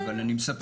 לא, אבל אני מספר.